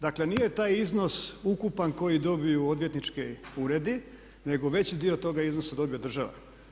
Dakle nije taj iznos ukupan koji dobiju odvjetnički uredi, nego veći dio toga iznosa dobije država.